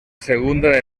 segunda